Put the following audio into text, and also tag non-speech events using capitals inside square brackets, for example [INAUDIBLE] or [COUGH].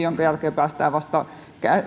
[UNINTELLIGIBLE] jonka jälkeen päästään vasta